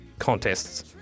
Contests